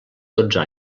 dotze